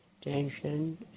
tension